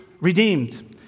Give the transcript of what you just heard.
redeemed